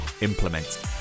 implement